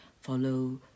follow